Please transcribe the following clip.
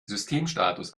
systemstatus